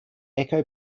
echo